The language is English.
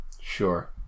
sure